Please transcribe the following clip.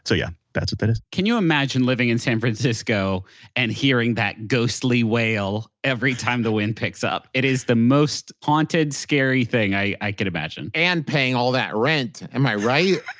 so yeah, that's what that is. can you imagine living in san francisco and hearing that ghostly wail every time the wind picks up? it is the most haunted, scary thing i i could imagine and paying all that rent. am i right?